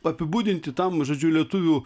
apibūdinti tam žodžiu lietuvių